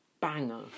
banger